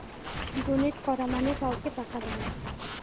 donate করা মানে কাউকে টাকা দেওয়া